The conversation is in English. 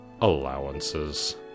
allowances